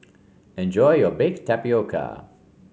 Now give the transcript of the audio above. enjoy your Baked Tapioca